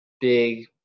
big